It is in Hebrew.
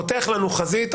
פותח לנו חזית.